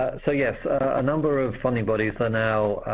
ah so yes, a number of funding bodies are now